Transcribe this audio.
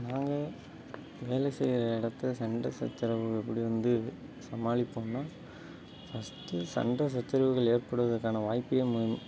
நாங்கள் வேலை செய்கிற இடத்துல சண்டை சச்சரவுகள் எப்படி வந்து சமாளிப்போம்னால் ஃபஸ்ட்டு சண்ட சச்சரவுகள் ஏற்படுவதற்கான வாய்ப்பையுமே